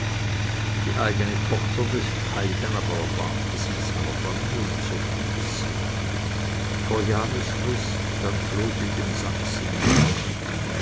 die eigene tochter des heiden aber erbarmte sich seiner bande und zerschnitt sie vor jahresfrist dann floh sie dem sachsen nach